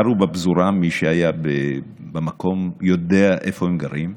הם גרו בפזורה, מי שהיה במקום יודע איפה הם גרים,